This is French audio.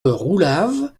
roulave